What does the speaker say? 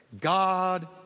God